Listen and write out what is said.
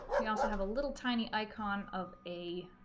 we also have a little tiny icon of a